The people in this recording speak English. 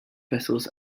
vessels